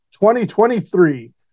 2023